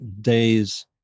days